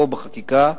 בחקיקה אגרסיבית,